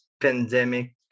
pandemic